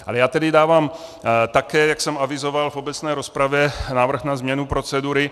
Ale já tedy dávám, tak jak jsem avizoval v obecné rozpravě, návrh na změnu procedury.